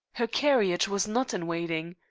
her carriage was not in waiting.